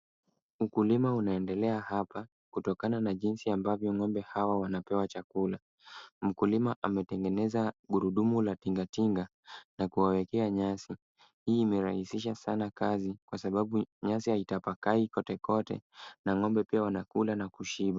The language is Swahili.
Ukulima unaendelea hapa, kutokana na jinsi ambavyo ng'ombe hawa wanavyopewa chakula. Mkulima ametengeneza gurudumu la tinga tinga na kuwawekea nyasi. Hii imerahisisha sana kazi kwa sababu nyasi haitapakai kote kote, na ng'ombe pia wanakula na kushiba.